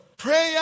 Prayer